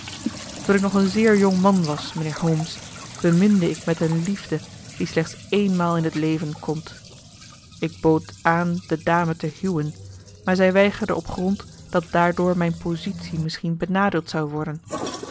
toen ik nog een zeer jong man was mijnheer holmes beminde ik met een liefde die slechts eenmaal in het leven komt ik bood aan de dame te huwen maar zij weigerde op grond dat daardoor mijn positie misschien benadeeld zou worden